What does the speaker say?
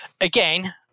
again